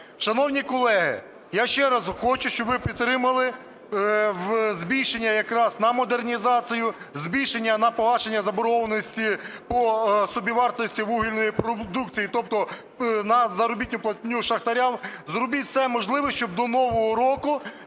Шановні колеги, я ще раз хочу, щоб ви підтримали збільшення якраз на модернізацію, збільшення на погашення заборгованості по собівартості вугільної продукції, тобто на заробітну платню шахтарям. Зробіть все можливе, щоб до нового року